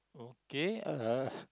okay uh